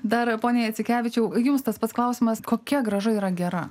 dar p jacikevičiaus jums tas pats klausimas kokia grąža yra gera